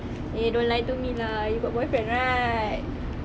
eh don't lie to me lah you got boyfriend right